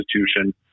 institution